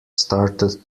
started